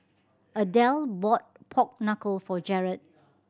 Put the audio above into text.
Adelle bought pork knuckle for Jarod